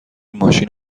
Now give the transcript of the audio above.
ماشین